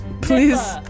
Please